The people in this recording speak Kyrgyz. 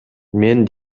мен